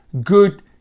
Good